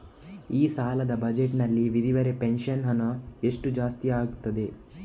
ಈ ಸಲದ ಬಜೆಟ್ ನಲ್ಲಿ ವಿಧವೆರ ಪೆನ್ಷನ್ ಹಣ ಎಷ್ಟು ಜಾಸ್ತಿ ಆಗಿದೆ?